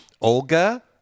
Olga